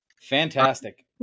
Fantastic